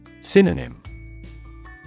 Synonym